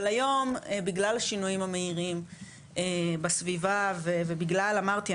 אבל היום בגלל השינויים המהירים בסביבה ובגלל אמרתי,